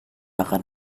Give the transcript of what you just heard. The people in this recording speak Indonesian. akan